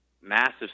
Massive